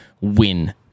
win